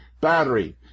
Battery